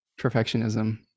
perfectionism